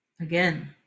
Again